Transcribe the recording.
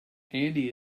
andy